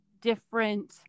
different